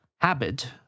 habit